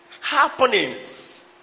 happenings